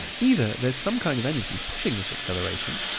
either there is some kind of energy pushing this acceleration,